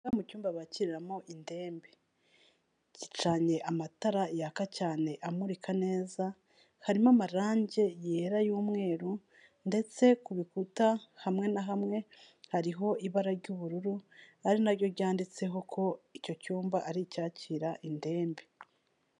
Aha ni mu cyumba bakiriramo indembe, gicanye amatara yaka cyane amurika neza, harimo amarange yera y'umweru ndetse ku bikuta hamwe na hamwe hariho ibara ry'ubururu ari na ryo ryanditseho ko icyo cyumba ari icyakira indembe.